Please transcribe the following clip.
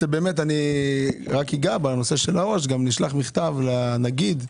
רק אגע בנושא העו"ש, גם נשלח מכתב לנגיד,